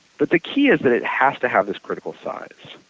but the key is that it has to have this critical size.